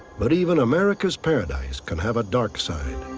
but even america's paradise can have a dark side.